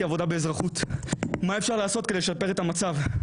עבודה באזרחות על מה אפשר לעשות כדי לשפר את המצב.